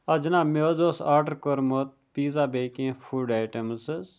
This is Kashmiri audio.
آ جناب مےٚ حظ اوس آرڈَر کوٚرمُت پیٖزا بیٚیہِ کینٛہہ فُڈ آیٹمٕز حظ